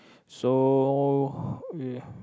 so we